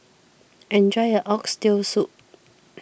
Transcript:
enjoy your Oxtail Soup